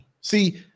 See